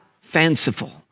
fanciful